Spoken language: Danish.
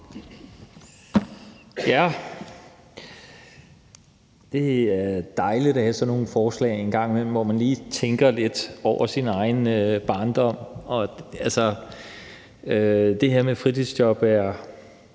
Det er dejligt med sådan nogle forslag en gang imellem, hvor man lige tænker lidt over sin egen barndom. Altså, det her med fritidsjob er